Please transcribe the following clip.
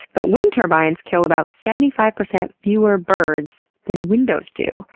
but wind turbines kill about seventy five percent fewer birds than windows do.